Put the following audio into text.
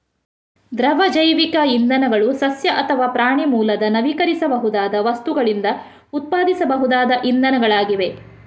ದ್ರವ ಜೈವಿಕ ಇಂಧನಗಳು ಸಸ್ಯ ಅಥವಾ ಪ್ರಾಣಿ ಮೂಲದ ನವೀಕರಿಸಬಹುದಾದ ವಸ್ತುಗಳಿಂದ ಉತ್ಪಾದಿಸಬಹುದಾದ ಇಂಧನಗಳಾಗಿವೆ